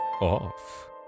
off